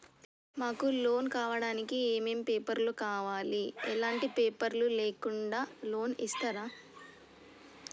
మాకు లోన్ కావడానికి ఏమేం పేపర్లు కావాలి ఎలాంటి పేపర్లు లేకుండా లోన్ ఇస్తరా?